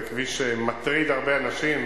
זה כביש שמטריד הרבה אנשים,